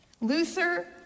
Luther